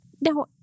now